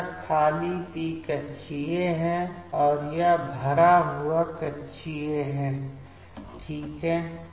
तो यह खाली p कक्षीय है और यह भरा हुआ कक्षीय ठीक है